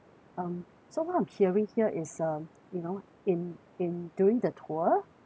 um so what I'm hearing here is um you know in in during the tour